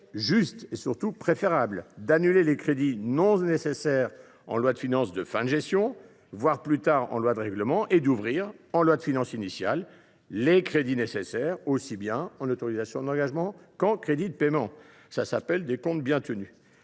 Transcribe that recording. serait bien préférable d’annuler les crédits non nécessaires en loi de finances de fin de gestion, voire plus tard en loi de règlement, et d’ouvrir en loi de finances initiale les crédits nécessaires, aussi bien en autorisations d’engagement qu’en crédits de paiement. Voilà ce qui s’appelle des comptes bien tenus.